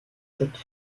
cette